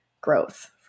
growth